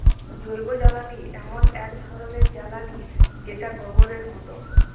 জৈবজ্বালালি এমল এক ধরলের জ্বালালিযেটা গবরের মত